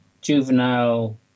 juvenile